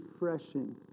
refreshing